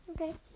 Okay